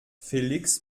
felix